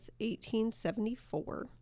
1874